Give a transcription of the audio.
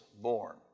born